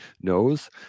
knows